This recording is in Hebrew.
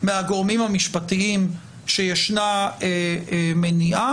מהגורמים המשפטיים שיש מניעה,